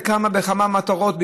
בכמה מטרות,